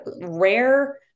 rare